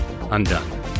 Undone